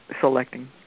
selecting